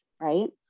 Right